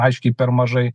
aiškiai per mažai